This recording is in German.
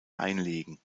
einlegen